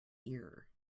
ear